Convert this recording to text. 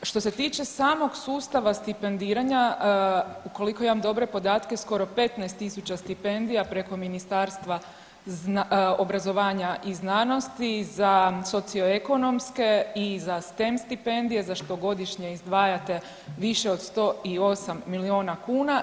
Što se tiče samog sustava stipendiranja, ukoliko imam dobre podatke, skoro 15 tisuća stipendija preko Ministarstva obrazovanja i znanosti za socioekonomske i za stem stipendije za što godišnje izdvajate više od 108 milijuna kuna.